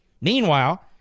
Meanwhile